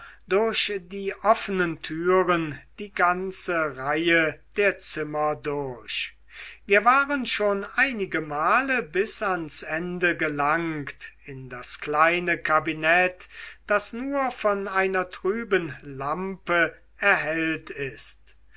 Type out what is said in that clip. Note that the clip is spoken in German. durch die offenen türen die ganze reihe der zimmer durch wir waren schon einigemale bis ans ende gelangt in das kleine kabinett das nur von einer trüben lampe erhellt ist